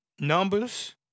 numbers